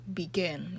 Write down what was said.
begin